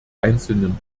einzelnen